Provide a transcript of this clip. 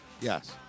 Yes